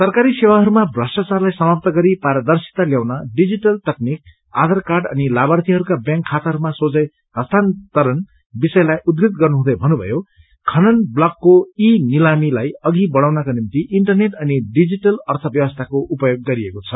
सरकारी सेवाहरूमा भ्रष्टाचारलाई समाप्त गरी पारदर्शिता ल्याउन डिजीटल तकनिक आधार कार्ड अनि लाभार्थीहरूका ब्यांक खाताहरूमा सोझै हस्तान्तरण विषयलाई उद्धृत गर्नुहुँदै भन्नुभयो कि खनन ब्लकको ई नीलामीलाई अघि बढ़ाउनका निम्ति इन्टरनेट अनि डिजिटल अर्थव्यवस्थाको उपयोग गरिएको छ